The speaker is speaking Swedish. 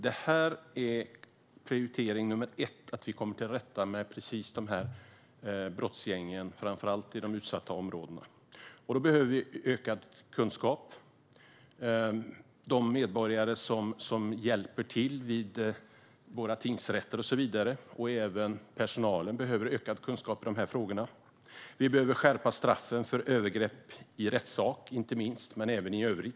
Detta är prioritering nummer ett: att vi kommer till rätta med brottsgängen, framför allt i de utsatta områdena. Då behöver vi ökad kunskap. De medborgare som hjälper till vid exempelvis våra tingsrätter behöver, liksom personalen, ökade kunskaper om dessa frågor. Vi behöver skärpa straffen för inte minst övergrepp i rättssak, men även i övrigt.